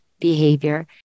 behavior